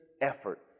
effort